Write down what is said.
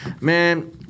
man